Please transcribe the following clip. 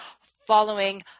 following